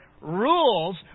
rules